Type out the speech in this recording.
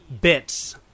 bits